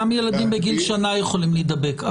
גם ילדים בגיל שנה יכולים להידבק.